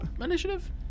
initiative